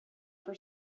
for